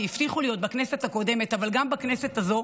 כי הבטיחו לי עוד בכנסת הקודמת אבל גם בכנסת הזו